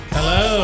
Hello